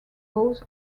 both